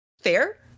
fair